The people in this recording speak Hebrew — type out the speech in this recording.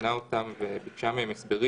זימנה מהם וביקשה מהם הסברים